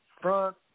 front